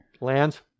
lands